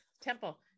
temple